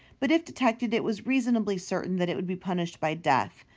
but if detected it was reasonably certain that it would be punished by death,